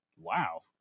Wow